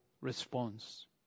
response